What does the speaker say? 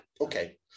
Okay